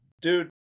Dude